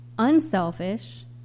unselfish